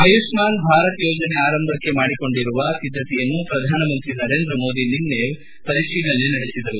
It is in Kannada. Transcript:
ಆಯುಷ್ಮಾನ್ ಭಾರತ್ ಯೋಜನೆ ಆರಂಭಕ್ಕೆ ಮಾಡಿಕೊಂಡಿರುವ ಸಿದ್ಧತೆಯನ್ನು ಪ್ರಧಾನ ಮಂತ್ರಿ ನರೇಂದ್ರ ಮೋದಿ ನಿನ್ನೆ ಪರಾಮರ್ಶೆ ನಡೆಸಿದರು